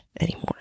anymore